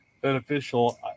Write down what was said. beneficial